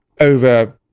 over